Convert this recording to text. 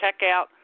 checkout